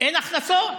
אין הכנסות.